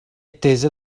tese